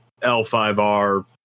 L5R